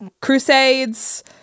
crusades